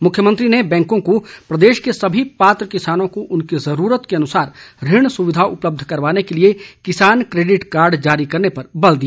मुख्यमंत्री ने बैंको को प्रदेश के सभी पात्र किसानों को उनकी जरूरत के अनुसार ऋण सुविधा उपलब्ध करवाने के लिए किसान केडिट कार्ड जारी करने पर बल दिया